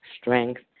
strength